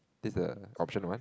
this the option one